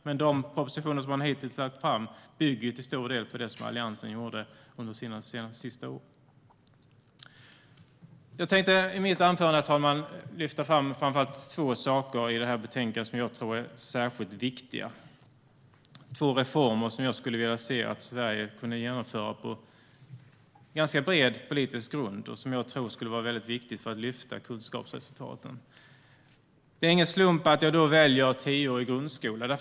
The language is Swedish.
Men de propositioner som man hittills har lagt fram bygger till stor del på det som Alliansen gjorde under sina sista år. Jag tänkte, herr talman, i mitt anförande lyfta fram framför allt två saker i betänkandet som jag tror är särskilt viktiga, två reformer som jag skulle vilja se att Sverige kunde genomföra på ganska bred politisk grund och som jag tror skulle vara viktigt för att lyfta kunskapsresultaten. Det är ingen slump att jag då väljer tioårig grundskola.